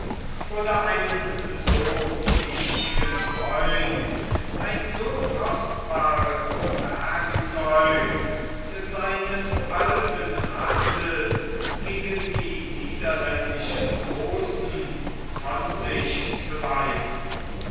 oder einen so wichtigen freund ein so kostbares werkzeug seines alten hasses gegen die niederländischen großen von sich zu weisen